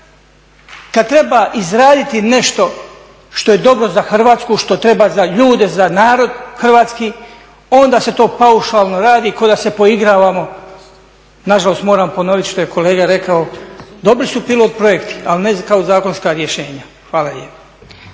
kad treba izraditi nešto što je dobro za Hrvatsku, što treba za ljude, za narod hrvatski, onda se to paušalno radi ko da se poigravamo. Na žalost moram ponoviti što je kolega rekao dobri su pilot projekti, ali ne kao zakonska rješenja. Hvala